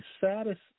saddest